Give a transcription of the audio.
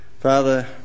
Father